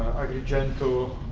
agrigento,